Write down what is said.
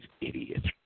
Idiots